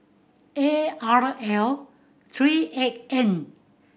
A R L three eight N